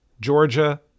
Georgia